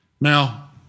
Now